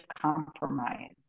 compromise